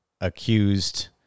accused